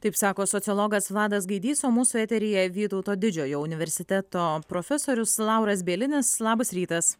taip sako sociologas vladas gaidys o mūsų eteryje vytauto didžiojo universiteto profesorius lauras bielinis labas rytas